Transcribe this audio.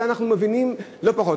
את זה אנחנו מבינים לא פחות.